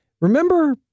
remember